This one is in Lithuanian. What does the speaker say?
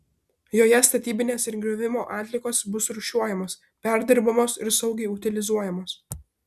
joje statybinės ir griovimo atliekos bus rūšiuojamos perdirbamos ir saugiai utilizuojamos